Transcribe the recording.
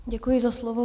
Děkuji za slovo.